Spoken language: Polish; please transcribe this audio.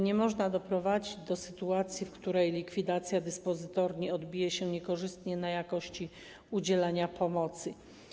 Nie można doprowadzić do sytuacji, w której likwidacja dyspozytorni odbije się niekorzystnie na jakości udzielania pomocy.